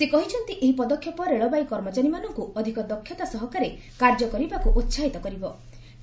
ସେ କହିଛନ୍ତି ଏହି ପଦକ୍ଷେପ ରେଳବାଇ କର୍ମଚାରୀମାନଙ୍କୁ ଅଧିକ ଦକ୍ଷତା ସହକାରେ କାର୍ଯ୍ୟ କରିବାକୁ ଉସାହିତ କରିବେ